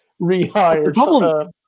rehired